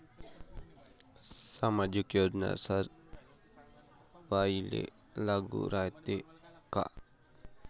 सामाजिक योजना सर्वाईले लागू रायते काय?